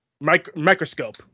Microscope